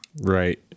Right